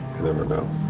never know.